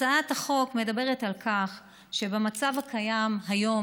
הצעת החוק מדברת על כך שבמצב הקיים היום,